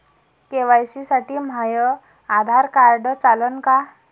KYC साठी माह्य Aadhaar card चालन का?